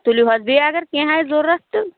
تُلِو حظ بیٚیہِ اگر کیٚنٛہہ آسہِ ضروٗرت تہٕ